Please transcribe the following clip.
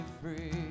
free